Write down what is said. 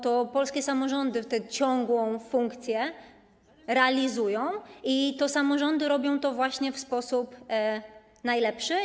To polskie samorządy tę ciągłą funkcję realizują i to samorządy robią to właśnie w sposób najlepszy.